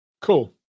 Cool